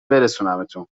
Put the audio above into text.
برسونمتون